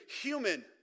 human